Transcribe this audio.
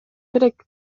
керек